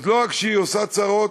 אז לא רק שהיא עושה צרות,